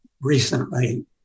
recently